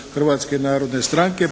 Hrvatske narodne stranke,